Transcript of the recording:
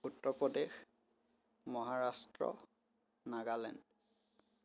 Uttar Pradesh Maharashtra Nagaland